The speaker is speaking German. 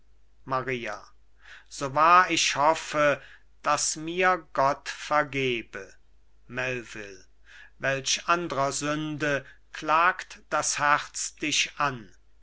maria so wahr ich hoffe daß mir gott vergebe melvil welch andrer sünde klagt das herz dich an